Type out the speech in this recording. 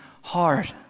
hard